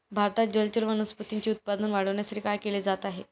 भारतात जलचर वनस्पतींचे उत्पादन वाढविण्यासाठी काय केले जात आहे?